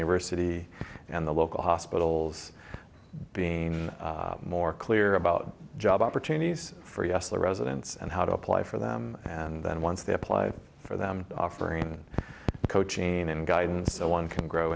university and the local hospitals being more clear about job opportunities for us the residents and how to apply for them and then once they apply for them offering coaching and guidance so one can grow